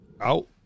out